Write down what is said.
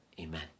Amen